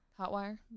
hotwire